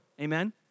Amen